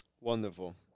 Wonderful